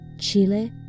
Chile